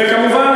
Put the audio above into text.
וכמובן,